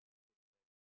straight times